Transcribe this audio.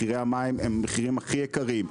מחירי המים הם המחירים הכי יקרים.